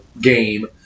game